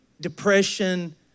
depression